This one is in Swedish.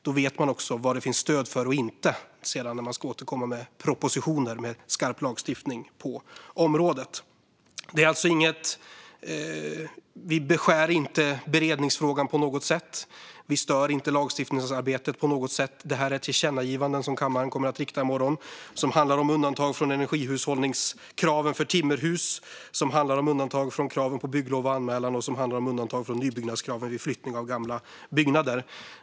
Då vet man också vad det finns stöd för och vad det inte finns stöd för när man ska återkomma med propositioner med skarp lagstiftning på området. Vi beskär inte beredningsfrågan på något sätt, och vi stör inte lagstiftningsarbetet på något sätt. Det här är tillkännagivanden som kammaren kommer att rikta i morgon, som handlar om undantag från energihushållningskraven för timmerhus, undantag från kraven på bygglov och anmälan och undantag från nybyggnadskraven vid flytt av gamla byggnader.